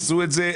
עשו את זה.